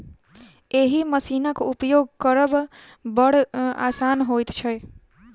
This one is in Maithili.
एहि मशीनक उपयोग करब बड़ आसान होइत छै